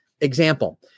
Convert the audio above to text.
Example